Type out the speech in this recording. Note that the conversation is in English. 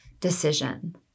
decision